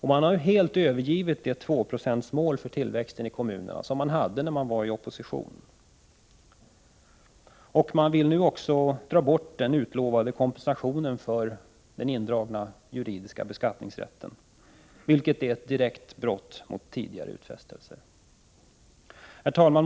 Man har helt övergivit det 2-procentsmål för tillväxten i kommunerna som man hade när man var i opposition. Man vill nu också ta bort den utlovade kompensationen för den indragna juridiska beskattningsrätten, vilket är ett direkt brott mot tidigare utfästelser. Herr talman!